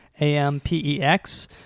A-M-P-E-X